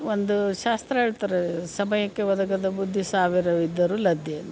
ಒಂದು ಶಾಸ್ತ್ರ ಹೇಳ್ತಾರೆ ಸಮಯಕ್ಕೆ ಒದಗದ ಬುದ್ಧಿ ಸಾವಿರವಿದ್ದರೂ ಲದ್ದಿ ಅಂತ